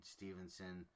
Stevenson